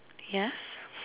yes